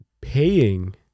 paying